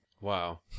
Wow